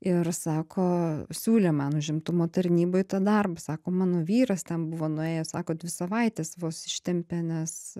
ir sako siūlė man užimtumo tarnyboj tą darbą sako mano vyras ten buvo nuėjęs sako dvi savaites vos ištempė nes